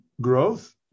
growth